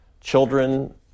children